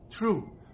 True